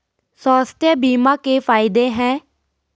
स्वास्थ्य बीमा के फायदे हैं?